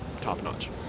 top-notch